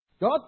God